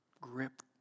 grip